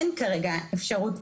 אין כרגע אפשרות,